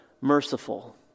merciful